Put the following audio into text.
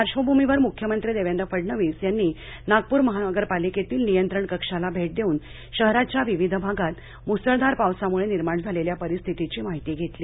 म्ख्यमंत्री देवेंद्र फडणवीस यांनी नागपूर महानगरपालिकेतील नियंत्रण कक्षाला भेट देऊन शहराच्या विविध भागात म्सळधार पावसाम्ळे निर्माण झालेल्या परिस्थितीची माहिती घेतली